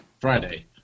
Friday